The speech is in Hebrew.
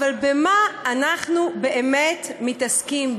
במה אנחנו באמת מתעסקים?